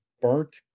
Burnt